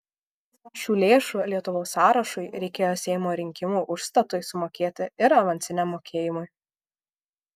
šių lėšų lietuvos sąrašui reikėjo seimo rinkimų užstatui sumokėti ir avansiniam mokėjimui